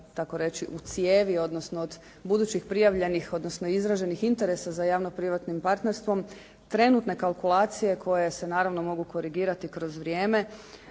ne razumije./ … odnosno od budućih prijavljenih odnosno izraženih interesa za javno-privatnim partnerstvom trenutne kalkulacije koje se naravno mogu korigirati kroz vrijeme